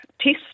test